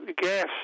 gas